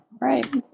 Right